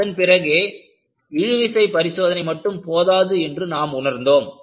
அதன் பிறகே இழுவிசை பரிசோதனை மட்டும் போதாது என்று நாம் உணர்ந்தோம்